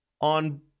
on